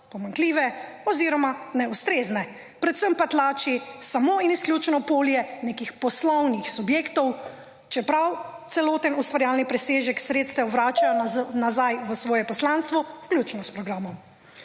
pomanjkljive oziroma neustrezne, predvsem pa tlači samo in izključno polje nekih poslovnih subjektov, čeprav celoten ustvarjalni presežek sredstev vračajo nazaj v svoje poslanstvo vključno s programom.